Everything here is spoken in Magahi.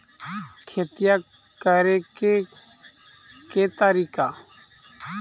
खेतिया करेके के तारिका?